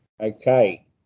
Okay